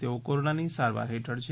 તેઓ કોરોનાની સારવાર હેઠળ છે